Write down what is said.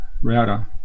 router